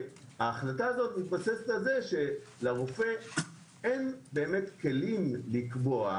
שההחלטה הזו מתבססת על זה שלרופא אין כלים לקבוע